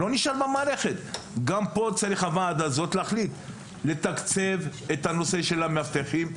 גם הוועדה הזאת צריכה לתקצב נושא המאבטחים.